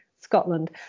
Scotland